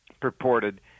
purported